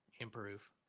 improve